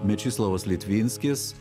mečislovas litvinskis